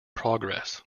progress